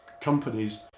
Companies